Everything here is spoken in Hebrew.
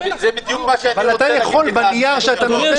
אבל אתה יכול בנייר שאתה נותן